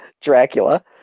Dracula